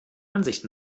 ansicht